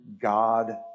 God